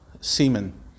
semen